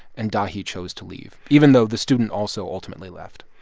and dahi chose to leave even though the student also ultimately left